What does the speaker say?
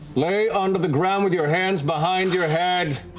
lay onto the ground with your hands behind your head.